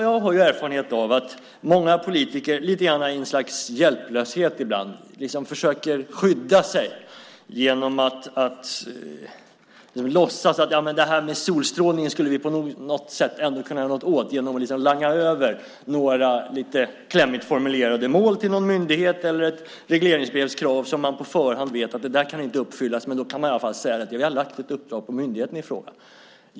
Jag har erfarenhet av att många politiker, ibland lite grann i ett slags hjälplöshet, liksom försöker skydda sig genom att låtsas att det här med solstrålning skulle man nog på något sätt kunna göra något åt genom att langa över några lite klämmigt formulerade mål till en myndighet eller genom ett regleringsbrevskrav som man på förhand vet att det inte kan uppfyllas. Då kan man i alla fall säga att man lagt ett uppdrag på myndigheten i fråga.